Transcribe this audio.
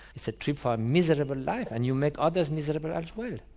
it's a trip for a miserable life and you make others miserable as well.